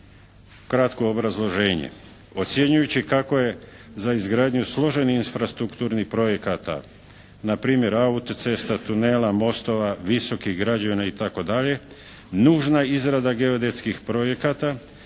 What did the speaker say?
Kratko obrazloženje. Ocjenjujući kako je za izgradnju složenih infrastrukturnih projekata, na primjer auto-cesta, tunela, mostova, visokih građevina i tako dalje nužna izrada geodetskih projekata,